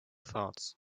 thoughts